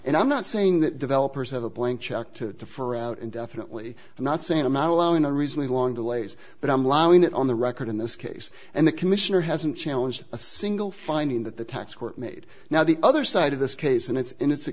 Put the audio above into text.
and i'm not saying that developers have a blank check to for out indefinitely and not saying i'm out allowing a recently long delays but i'm allowing it on the record in this case and the commissioner hasn't challenge a single finding that the tax court made now the other side of this case and it's and it's a